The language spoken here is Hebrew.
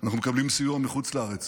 אנחנו מקבלים סיוע מחוץ לארץ